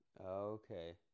Okay